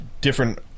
Different